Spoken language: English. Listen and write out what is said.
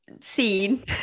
seen